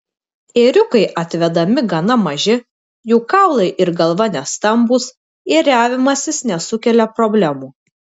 ėriukai atvedami gana maži jų kaulai ir galva nestambūs ėriavimasis nesukelia problemų